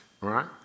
right